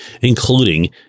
including